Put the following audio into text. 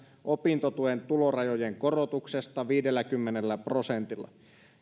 opintotuen tulorajojen korotuksesta viidelläkymmenellä prosentilla